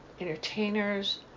entertainers